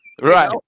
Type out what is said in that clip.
Right